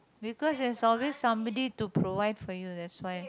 because there's always somebody to provide for you that's why